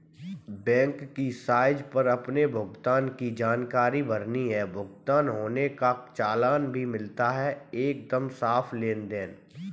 bank की site पर अपने भुगतान की जानकारी भरनी है, भुगतान होने का चालान भी मिलता है एकदम साफ़ लेनदेन